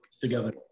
together